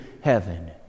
heaven